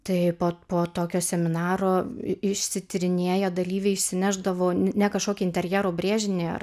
tai pot po tokio seminaro išsityrinėję dalyviai išsinešdavo ne kažkokį interjerų brėžinį ar